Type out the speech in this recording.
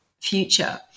future